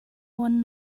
one